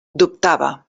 dubtava